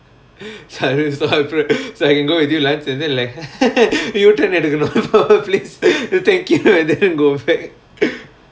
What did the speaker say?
so I can go with you lunch and then like uturn எடுக்கனும்:edukanum please thinking you and then go back